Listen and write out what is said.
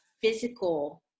physical